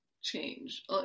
change